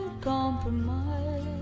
compromise